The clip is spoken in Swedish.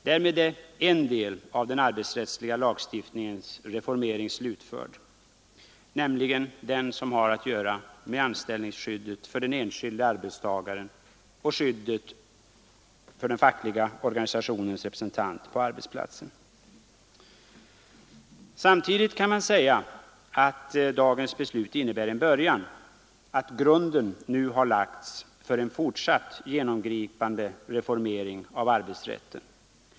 Därmed är en del av den arbetsrättsliga lagstiftningens reformering slutförd, nämligen den som har att göra med anställningsskyddet för den enskilde arbetstagaren och skyddet för den fackliga organisationens representant på arbetsplatsen. Samtidigt kan man säga att dagens beslut innebär en början — att grunden nu är lagd för en fortsatt genomgripande reformering av arbetsrätten.